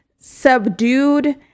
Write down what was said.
subdued